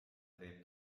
teeb